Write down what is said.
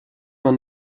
man